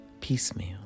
piecemeal